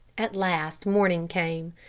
at last morning came.